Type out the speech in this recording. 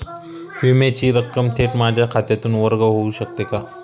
विम्याची रक्कम थेट माझ्या खात्यातून वर्ग होऊ शकते का?